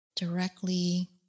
Directly